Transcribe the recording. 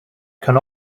can